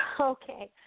Okay